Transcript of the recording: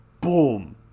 Boom